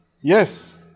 Yes